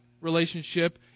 relationship